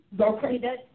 okay